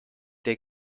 der